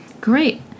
Great